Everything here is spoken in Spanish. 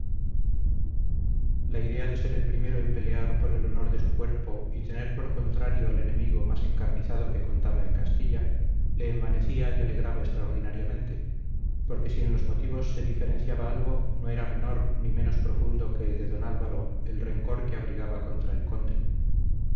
la idea de ser el primero en pelear por el honor de su cuerpo y tener por contrario el enemigo más encarnizado que contaba en castilla le envanecía y alegraba extraordinariamente porque si en los motivos se diferenciaba algo no era menor ni menos profundo que el de don álvaro el rencor que abrigaba contra el conde